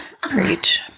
Preach